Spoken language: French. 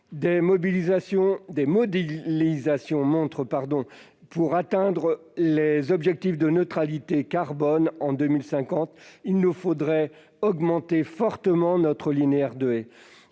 Des modélisations montrent que pour atteindre les objectifs de neutralité carbone en 2050, il nous faudrait augmenter fortement notre linéaire de haies.